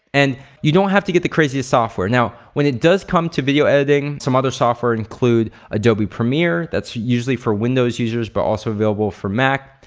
and you don't have to get the craziest software. now, when it does come to video editing, some other software include adobe premier, that's usually for windows users but also available for mac.